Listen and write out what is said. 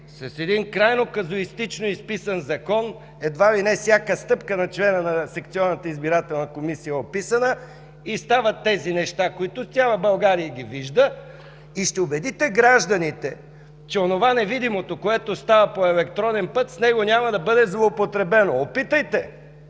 с един крайно казуистично изписан Закон – едва ли не всяка стъпка на члена на секционната избирателна комисия е описана, и стават тези неща, които цяла България вижда, и ще убедите гражданите, че онова – невидимото, което става по електронен път, с него няма да бъде злоупотребено. Опитайте!